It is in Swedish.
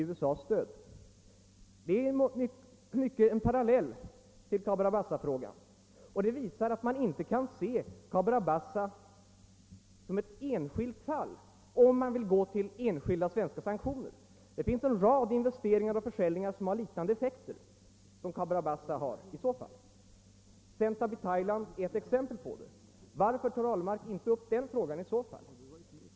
Detta är i många avseenden en parallell till Cabora Bassa-frågan och visar att man inte kan se Cabora Bassa som ett särfall, om man vill gå in för enskilda svenska sanktioner. Det finns en rad investeringar och försäljningar som har liknande effekter som i fallet Cabora Bassa, och Sentab i Thailand är ett exempel på det. Varför tar då herr Ahlmark inte upp denna fråga?